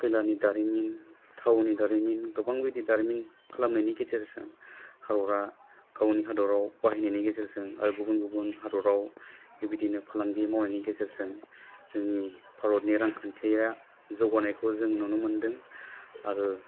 खैलानि दारिमिन थावनि दारिमिन गोबां बिदि दारिमिन खालामनायनि गेजेरजों हादरा गावनि हादराव बाहायनायनि गेजेरजों आर गुबुन गुबुन हादोराव बेबायदिनो फालांगि मावनायनि गेजेरजों जोंनि भारतनि रांखान्थिया जौगानायखौ जों नुनो मोनदों आरो